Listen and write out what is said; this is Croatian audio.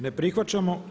Ne prihvaćamo.